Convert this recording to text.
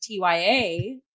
TYA